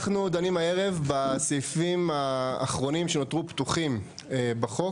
אנחנו דנים הערב בסעיפים האחרונים שנותרו פתוחים בחוק.